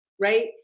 right